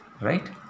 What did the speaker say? right